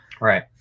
Right